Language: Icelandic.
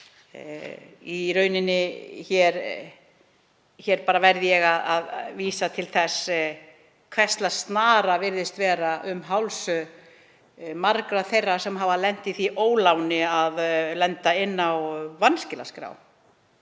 af vanskilaskrá. Hér verð ég vísa til þess hvers lags snara virðist vera um háls margra þeirra sem hafa lent í því óláni að lenda inni á vanskilaskrá.